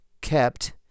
kept